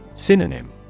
Synonym